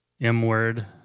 M-word